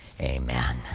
amen